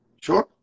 sure